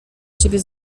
ciebie